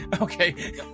Okay